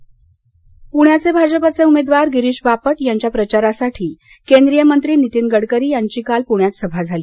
प्रचार धनंजय मुंडे प्ण्याचे भाजपाचे उमेदवार गिरीश बापट यांच्या प्रचारासाठी केंद्रीय मंत्री नीतीन गडकरी यांची काल पुण्यात सभा झाली